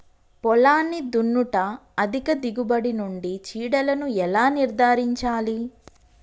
పొలాన్ని దున్నుట అధిక దిగుబడి నుండి చీడలను ఎలా నిర్ధారించాలి?